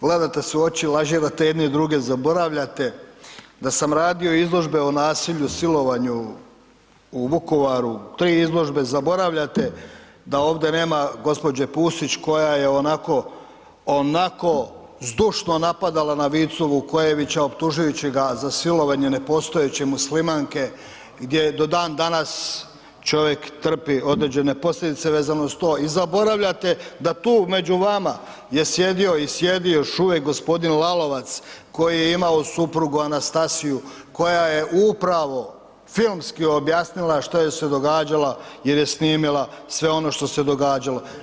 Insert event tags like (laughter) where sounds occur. Gledate se u oči, ... (unintelligible) druge zaboravljate, da sam radio izložbe o nasilju, silovanju u Vukovaru, tri izložbe, zaboravljate da ovdje nema gđa. Pusić koja je onako zdušno napadala na Vicu Vukojevića optužujući ga za silovanje nepostojeće muslimanke gdje do danas čovjek trpi određene posljedice vezano uz to i zaboravljate da tu među vama je sjedio i sjedi još uvijek g. Lalovac koji je imao suprugu Anastasiju koja je upravo filmski objasnila što joj je se događalo jer je snimila sve ono što se događalo.